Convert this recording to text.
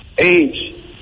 age